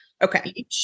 Okay